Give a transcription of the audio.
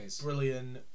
brilliant